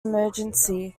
emergency